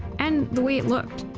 and the way it looked.